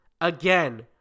again